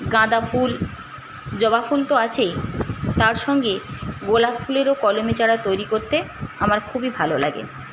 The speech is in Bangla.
গাঁদা ফুল জবা ফুল তো আছেই তার সঙ্গে গোলাপ ফুলেরও কলমে চারা তৈরি করতে আমার খুবই ভালো লাগে